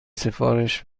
سفارش